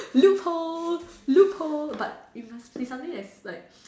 loop holes loop holes but it must be something that's like